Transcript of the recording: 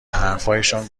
حرفهایشان